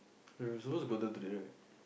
we were supposed to go down today right